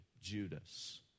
Judas